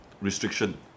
restriction